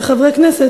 כחברי הכנסת,